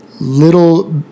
little